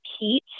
repeat